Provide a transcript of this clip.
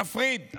תפריד.